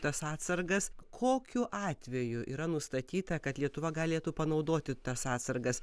tas atsargas kokiu atveju yra nustatyta kad lietuva galėtų panaudoti tas atsargas